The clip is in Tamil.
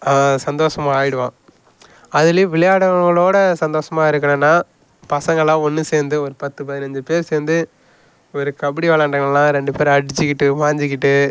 சந்தோஷமாயிடுவான் அதுலேயும் விளையாடுறவங்களோட சந்தோஷமா இருக்கணும்னா பசங்கள்லாம் ஒன்று சேர்ந்து ஒரு பத்து பதினஞ்சு பேர் சேர்ந்து ஒரு கபடி விளையாண்டாங்கன்னா ரெண்டு பேரும் அடித்துக்கிட்டு உக்காந்துக்கிட்டு